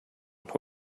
know